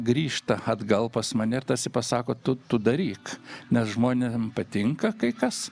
grįžta atgal pas mane ir tarsi pasako tu tu daryk nes žmonėm patinka kai kas